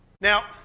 Now